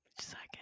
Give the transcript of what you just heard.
second